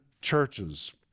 churches